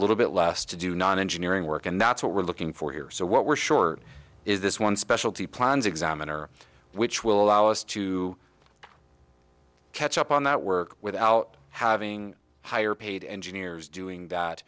little bit less to do not engineering work and that's what we're looking for here so what we're short is this one specialty plans examiner which will allow us to catch up on that work without having higher paid engineers doing that